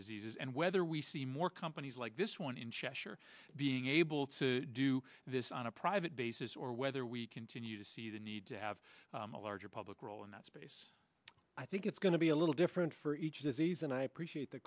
to and whether we see more companies like this one in cheshire being able to do this on a private basis or whether we continue to see the need to have a larger public role in that space i think it's going to be a little different for each disease and i appreciate the